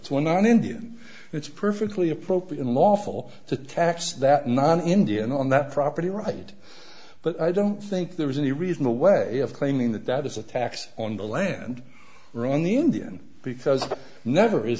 an indian it's perfectly appropriate unlawful to tax that non indian on that property right but i don't think there is any reason the way of claiming that that is a tax on the land or on the indian because never is